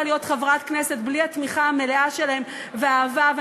להיות חברת כנסת בלי התמיכה המלאה והאהבה שלהם.